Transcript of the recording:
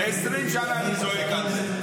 20 שנה אני זועק על זה.